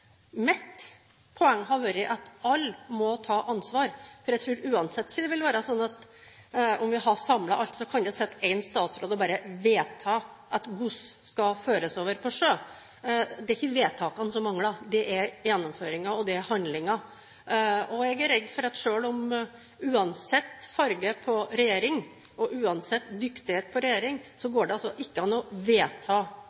uansett ikke vil være sånn at om vi samler alt, kan det sitte én statsråd og vedta at gods skal føres over på sjø. Det er ikke vedtakene som mangler; det er gjennomføringen, og det er handlingen. Jeg er redd for – uansett farge på regjering og uansett en regjerings dyktighet